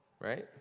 Right